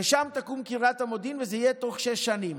ושם תקום קריית המודיעין, וזה יהיה בתוך שש שנים.